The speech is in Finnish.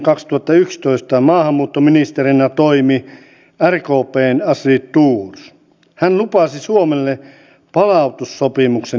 näin ollenhan kokonaistuki säilyy kutakuinkin entisellään tästä vaikeasta taloustilanteesta riippumatta